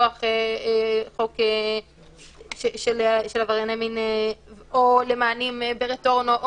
מכוח חוק של עברייני מין או למענים ברטורנו,